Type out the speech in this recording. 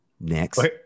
Next